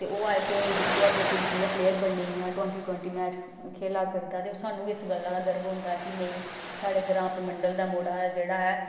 ते ओह् अज्ज दिक्खो अग्गें पुज्जी गेआ प्लेयर बनी गेआ टवेंटी टवेंटी मैच खेला करदा ते ओह् सानूं इस गल्ला दा गर्व होंदा कि नेईं साढ़े ग्रांऽ परमंडल दा मुड़ा जेह्ड़ा ऐ